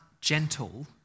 gentle